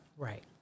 Right